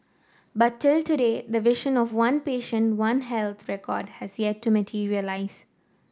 but till today the vision of one patient One Health record has yet to materialise